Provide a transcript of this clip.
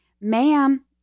ma'am